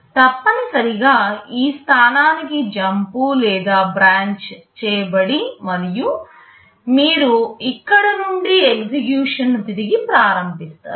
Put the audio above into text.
తప్పనిసరిగా ఈ స్థానానికి జంపు లేదా బ్రాంచ్ చేయబడి మరియు మీరు ఇక్కడ నుండి ఎగ్జిక్యూషన్ ను తిరిగి ప్రారంభిస్తారు